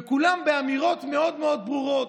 וכולם באמירות מאוד מאוד ברורות: